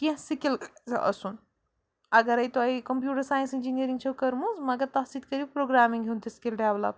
کیٚنٛہہ سِکِل آسُن اَگرَے تۄہہِ کَمپیوٗٹَر ساینَس اِنجِنیرِنٛگ چھَو کٔرمٕژ مگر تَتھ سۭتۍ کٔرِو پرٛوٚگرامِنٛگ ہُنٛد تہِ سِکِل ڈٮ۪ولَپ